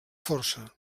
força